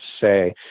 say